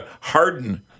harden